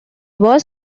was